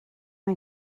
hay